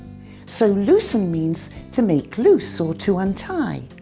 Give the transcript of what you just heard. so loosen means to make loose or to untie.